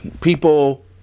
people